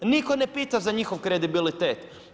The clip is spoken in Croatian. Nitko ne pita za njihov kredibilitet.